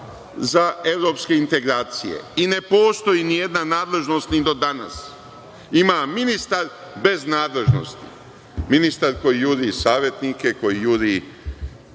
za evropske integracije. I ne postoji ni jedna nadležnost ni do danas. Ima ministar bez nadležnosti, ministar koji juri savetnike, koji jure